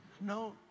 No